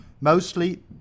mostly